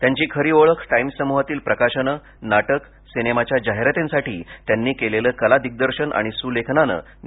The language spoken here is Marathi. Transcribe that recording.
त्यांची खरी ओळख टाईम्स समूहातील प्रकाशनं नाटक सिनेमाच्या जाहिरातींसाठी त्यांनी केलेलं कला दिग्दर्शन आणि सुलेखनानं निर्माण झाली